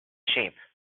sheep